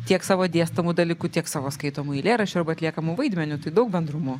tiek savo dėstomu dalyku tiek savo skaitomų eilėraščių arba atliekamu vaidmeniu tai daug bendrumų